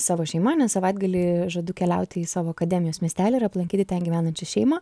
savo šeima nes savaitgalį žadu keliauti į savo akademijos miestelį ir aplankyti ten gyvenančią šeimą